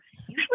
usually